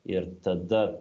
ir tada